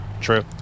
true